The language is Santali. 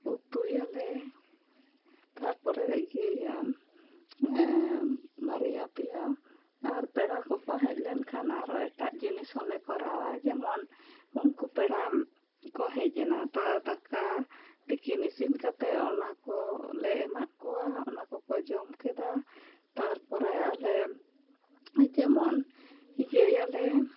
ᱩᱛᱩᱭᱟᱞᱮ ᱛᱟᱯᱚᱨᱮ ᱤᱭᱟᱹᱭᱟᱢ ᱵᱟᱨᱭᱟ ᱯᱮᱭᱟ ᱟᱨ ᱯᱮᱲᱟ ᱠᱚᱠᱚ ᱦᱮᱡ ᱞᱮᱱ ᱠᱷᱟᱱ ᱟᱨᱚ ᱮᱴᱟᱜ ᱡᱤᱱᱤᱥ ᱦᱚᱸᱞᱮ ᱠᱚᱨᱟᱣᱟ ᱡᱮᱢᱚᱱ ᱩᱱᱠᱩ ᱯᱮᱲᱟ ᱠᱚ ᱦᱮᱡ ᱮᱱᱟ ᱛᱟ ᱫᱟᱠᱟ ᱛᱤᱠᱤᱱ ᱤᱥᱤᱱ ᱠᱟᱛᱮ ᱚᱱᱟ ᱠᱚ ᱞᱮ ᱮᱢᱟᱫ ᱠᱚᱣᱟ ᱚᱱᱟ ᱠᱚᱠᱚ ᱡᱚᱢ ᱠᱮᱫᱟ ᱛᱟᱨ ᱯᱚᱨᱮ ᱟᱞᱮ ᱡᱮᱢᱚᱱ ᱤᱭᱟᱹᱭᱟᱞᱮ